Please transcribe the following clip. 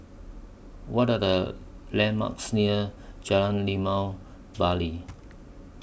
What Are The landmarks near Jalan Limau Bali